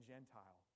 Gentile